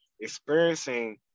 experiencing